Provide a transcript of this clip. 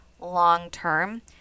long-term